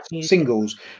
singles